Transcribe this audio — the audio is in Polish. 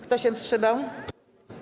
Kto się wstrzymał?